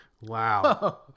Wow